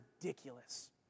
ridiculous